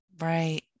Right